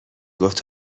گفت